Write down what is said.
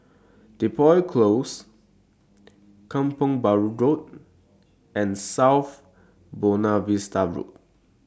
Depot Close Kampong Bahru Road and South Buona Vista Road